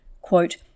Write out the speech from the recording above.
quote